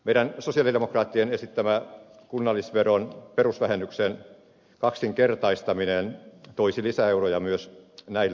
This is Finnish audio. meidän sosialidemokraattien esittämä kunnallisveron perusvähennyksen kaksinkertaistaminen toisi lisäeuroja myös näille ihmisille